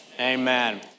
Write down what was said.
Amen